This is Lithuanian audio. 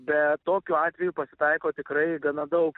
bet tokių atvejų pasitaiko tikrai gana daug